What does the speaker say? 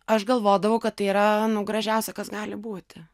aš galvodavau kad tai yra gražiausia kas gali būt